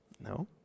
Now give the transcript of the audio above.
No